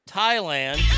Thailand